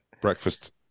breakfast